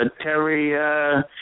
Terry